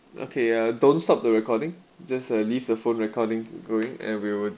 okay uh don't stop the recording just uh leave the phone recording going and we will